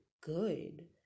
good